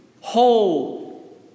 whole